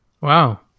Wow